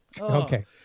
okay